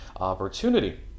opportunity